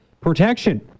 protection